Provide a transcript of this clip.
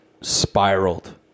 spiraled